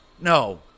No